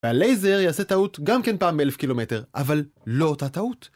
והלייזר יעשה טעות גם כן פעם באלף קילומטר, אבל לא אותה טעות.